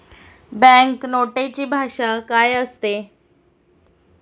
Bank नोटेची भाषा काय असते?